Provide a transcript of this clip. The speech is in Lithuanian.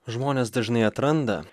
žmonės dažnai atranda